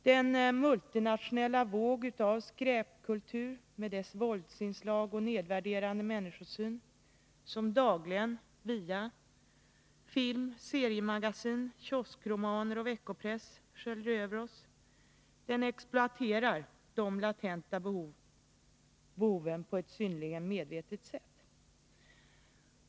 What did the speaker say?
Den multinationella våg av skräpkultur, med dess våldsinslag och nedvärderande människosyn, som dagligen via film, seriemagasin, kioskromaner och veckopress sköljer över oss, exploaterar de latenta behoven på ett synnerligen medvetet sätt.